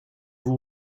vous